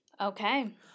Okay